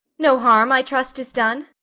no harm, i trust, is done?